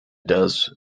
does